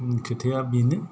खोथाया बेनो